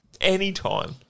Anytime